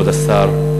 כבוד השר,